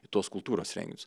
į tuos kultūros renginius